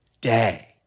day